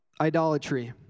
idolatry